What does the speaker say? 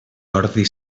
ordi